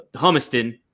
Humiston